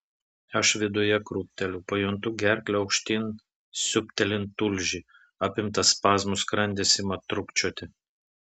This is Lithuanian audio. aš viduje krūpteliu pajuntu gerkle aukštyn siūbtelint tulžį apimtas spazmų skrandis ima trūkčioti